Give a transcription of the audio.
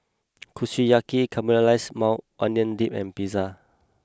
Kushiyaki Caramelized Maui Onion Dip and pizza